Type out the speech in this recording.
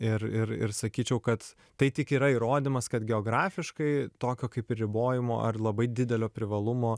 ir ir ir sakyčiau kad tai tik yra įrodymas kad geografiškai tokio kaip ribojimo ar labai didelio privalumo